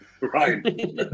right